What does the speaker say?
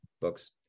books